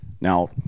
Now